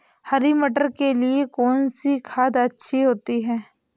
हरी मटर के लिए कौन सी खाद अच्छी होती है?